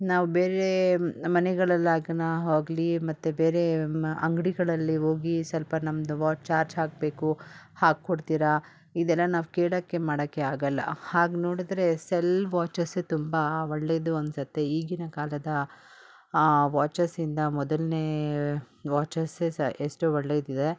ನಾವು ಬೇರೆ ಮನೆಗಳಲ್ಲಿ ಹೋಗಲಿ ಮತ್ತು ಬೇರೆ ಅಂಗಡಿಗಳಲ್ಲಿ ಹೋಗಿ ಸ್ವಲ್ಪ ನಮ್ಮದು ವಾಚ್ ಚಾರ್ಜ್ ಹಾಕಬೇಕು ಹಾಕೊಡ್ತಿರಾ ಇದೆಲ್ಲ ನಾವು ಕೇಳಕ್ಕೆ ಮಾಡಕ್ಕೆ ಆಗಲ್ಲ ಹಾಗೆ ನೋಡಿದ್ರೆ ಸೆಲ್ ವಾಚಸ್ಸೇ ತುಂಬ ಒಳ್ಳೆದು ಅನ್ಸುತ್ತೆ ಈಗಿನ ಕಾಲದ ವಾಚಸಿಂದ ಮೊದಲನೇ ವಾಚಸ್ಸೇ ಸ ಎಷ್ಟೋ ಒಳ್ಳೆದಿದೆ